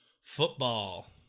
football